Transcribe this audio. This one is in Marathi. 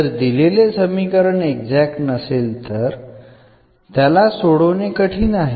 जर दिलेले समीकरण एक्झॅक्ट नसेल तर त्याला सोडवणे कठीण आहे